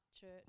church